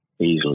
easily